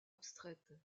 abstraites